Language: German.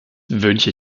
wünsche